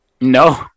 No